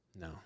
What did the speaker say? No